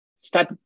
start